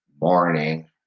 morning